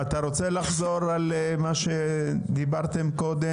אתה רוצה לחזור על מה שדיברתם קודם?